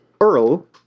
Earl